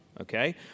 okay